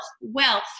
wealth